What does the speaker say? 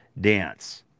dance